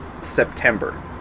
September